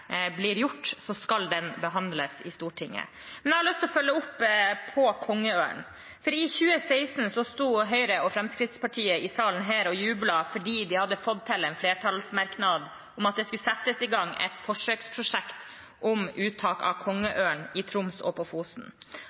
blir gjort, så skal den behandles i Stortinget. Men jeg har lyst til å følge opp når det gjelder kongeørn. I 2016 sto Høyre og Fremskrittspartiet her i salen og jublet fordi de hadde fått til en flertallsmerknad om at det skulle settes i gang et forsøksprosjekt med uttak av kongeørn i Troms og på Fosen.